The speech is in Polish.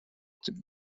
tym